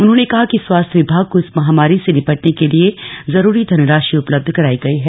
उन्होनें कहा कि स्वास्थ्य विभाग को इस महामारी से निपटने के लिए जरूरी धनराशि उपलब्ध करायी गई है